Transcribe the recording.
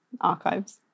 archives